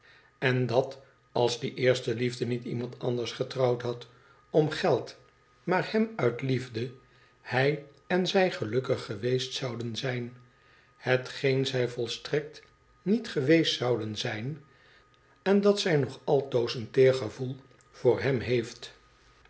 en dat als die eerste liefde niet iemand anders getrouwd had om geld maar hem uit liefde hij en zij gelukkig geweest zouden zijn hetgeen zij volstrekt niet geweest zouden zijn en dat zi nog altoos een teer gevoel voor hem heeft